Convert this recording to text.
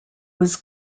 was